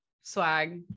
Swag